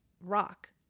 rock